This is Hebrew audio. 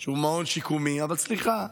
שהוא מעון שיקומי, אבל סליחה,